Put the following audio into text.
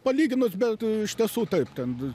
palyginus bet iš tiesų taip ten